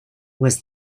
was